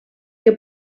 que